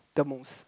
the most